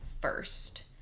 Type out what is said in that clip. first